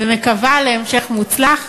ומקווה להמשך מוצלח,